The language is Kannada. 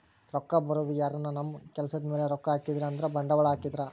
ರೊಕ್ಕ ಬರೋದು ಯಾರನ ನಮ್ ಕೆಲ್ಸದ್ ಮೇಲೆ ರೊಕ್ಕ ಹಾಕಿದ್ರೆ ಅಂದ್ರ ಬಂಡವಾಳ ಹಾಕಿದ್ರ